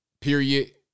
period